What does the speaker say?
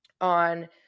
on